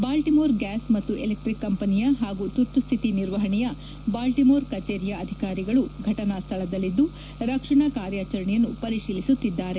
Baltimore gas ಮತ್ತು electric ಕಂಪನಿಯ ಪಾಗೂ ತುರ್ತುಶ್ಥಿತಿ ನಿರ್ವಪಣೆಯ ಬಾಲ್ಟಿಮೋರ್ ಕಚೇರಿಯ ಅಧಿಕಾರಿಗಳು ಘಟನಾ ಸ್ಥಳದಲ್ಲಿದ್ದು ರಕ್ಷಣಾ ಕಾರ್ಯಾಚರಣೆಯನ್ನು ಪರಿಶೀಲಿಸುತ್ತಿದ್ದಾರೆ